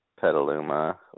Petaluma